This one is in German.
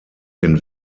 den